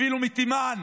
אפילו מתימן